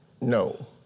No